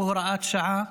שהוא הוראת שעה,